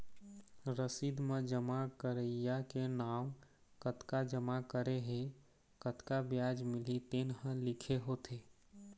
रसीद म जमा करइया के नांव, कतका जमा करे हे, कतका बियाज मिलही तेन ह लिखे होथे